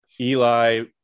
eli